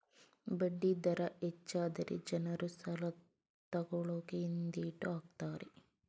ಬಡ್ಡಿ ದರ ಹೆಚ್ಚಾದರೆ ಜನರು ಸಾಲ ತಕೊಳ್ಳಕೆ ಹಿಂದೆಟ್ ಹಾಕ್ತರೆ